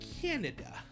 Canada